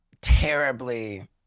terribly